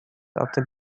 after